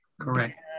Correct